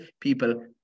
people